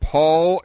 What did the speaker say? Paul